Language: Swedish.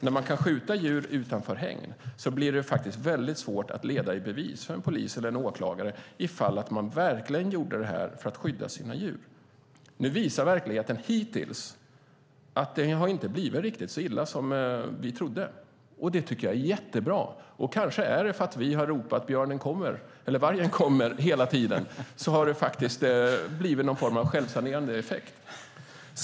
När man kan skjuta djur utanför hägn blir det väldigt svårt för en polis eller åklagare att leda i bevis att man verkligen sköt för att skydda sina djur. Hittills har verkligheten visat att det inte blivit riktigt så illa som vi trodde. Det tycker jag är jättebra. Kanske är det därför att vi hela tiden ropat "vargen kommer" som det blivit en form av självsanerande effekt.